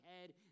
head